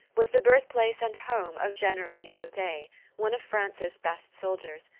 was the birth-place and home of general lyautey, one of france's best soldiers,